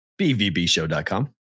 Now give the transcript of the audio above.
BVBShow.com